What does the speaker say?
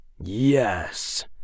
Yes